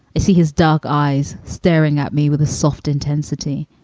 i see his dark eyes staring at me with a soft intensity.